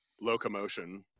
locomotion